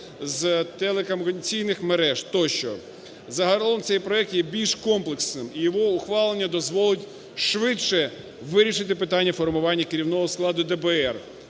з телекомунікаційних мереж, тощо. Загалом цей проект є більш комплексним і його ухвалення дозволить швидше вирішити питання формування керівного складу ДБР.